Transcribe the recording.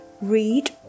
Read